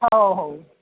हो हो